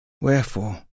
Wherefore